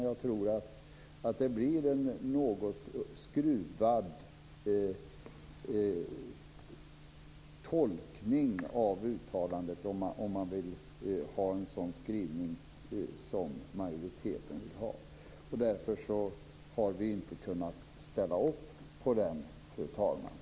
Jag tror att det blir en något skruvad tolkning av uttalandet om man vill ha en sådan skrivning som majoriteten. Därför har vi inte kunnat ställa upp på den, fru talman.